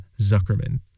Zuckerman